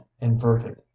inverted